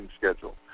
schedule